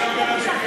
יוקר המחיה.